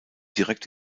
direkt